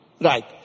Right